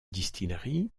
distillerie